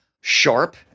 sharp